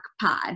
pod